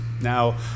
now